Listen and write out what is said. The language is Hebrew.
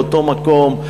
באותו מקום,